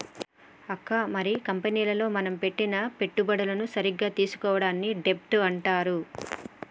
అక్క మరి కంపెనీలో మనం పెట్టిన పెట్టుబడులను సక్కగా తీసుకోవడాన్ని డెబ్ట్ అంటారు